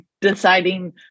deciding